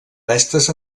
restes